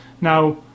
Now